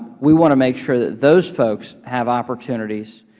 we want to make sure that those folks have opportunities